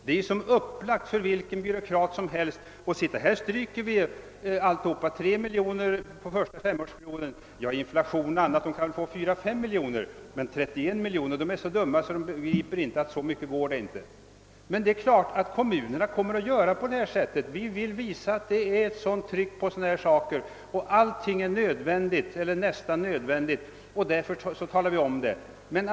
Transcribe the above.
Därmed blir det upplagt för vilken byråkrat som helst att säga: Här stryker vi; eftersom man investerat 3,5 miljoner under den första femårsperioden, kan kommunen med hänsyn till inflationen m.m. få 4 å 5 miljoner, men 31 miljoner är omöjligt att ge. De är så dumma i den kommunen att de inte begriper att det inte går att ge så mycket. Men det är klart att kommunerna kommer att göra på det sättet. Kommunerna vill visa hur stort tryck som gör sig gällande och att allting är nödvändigt eller nästan nödvändigt. Därför talar kommunerna om det.